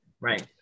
Right